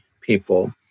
people